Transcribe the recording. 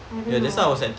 I don't know